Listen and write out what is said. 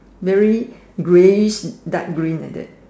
very grayish dark green like that